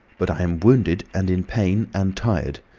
but i'm wounded and in pain, and tired.